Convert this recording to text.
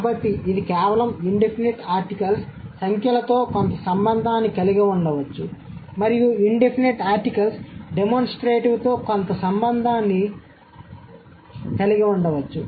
కాబట్టి ఇది కేవలం ఇన్ డెఫినిట్ ఆర్టికల్స్ సంఖ్యలతో కొంత సంబంధాన్ని కలిగి ఉండవచ్చు మరియు ఇన్ డెఫినిట్ ఆర్టికల్స్ డెమోన్స్ట్రేటివ్ తో కొంత సంబంధాన్ని కలిగి ఉండవచ్చు